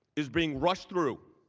is being rushed through